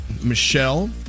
Michelle